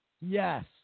Yes